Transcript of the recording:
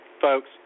Folks